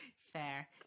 Fair